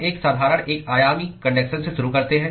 हम एक साधारण एक आयामी कन्डक्शन से शुरू करते हैं